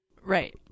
Right